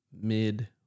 mid